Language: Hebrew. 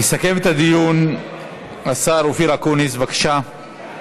יסכם את הדיון השר אופיר אקוניס, בבקשה.